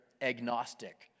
agnostic